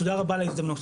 תודה רבה על ההזדמנות.